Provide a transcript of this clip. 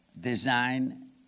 design